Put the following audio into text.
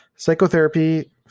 Psychotherapy